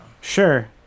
sure